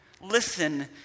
Listen